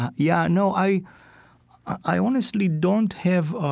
ah yeah, no. i i honestly don't have